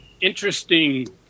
interesting